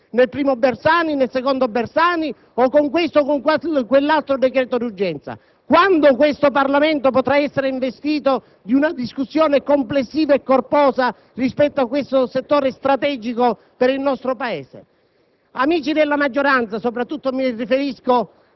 che potremo parlare di scuola soltanto nel primo e nel secondo Bersani o con questo o quell'altro decreto di urgenza? Quando questo Parlamento potrà essere investito di una discussione complessiva e corposa rispetto a questo che è un settore strategico per il nostro Paese?